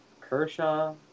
Kershaw